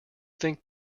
think